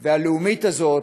והלאומית הזאת,